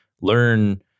learn